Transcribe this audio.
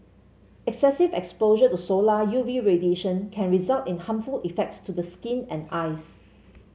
excessive exposure to solar U V radiation can result in harmful effects to the skin and eyes